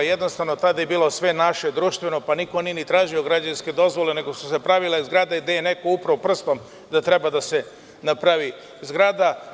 Jednostavno, tada je bilo sve naše, društveno, pa niko nije ni tražio građevinske dozvole, nego su se pravile zgrade gde je neko upro prstom da treba da se napravi zgrada.